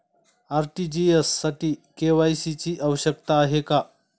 RTGS साठी KYC ची आवश्यकता आहे का?